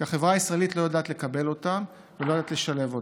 כי החברה הישראלית לא יודעת לקבל אותם ולא יודעת לשלב אותם.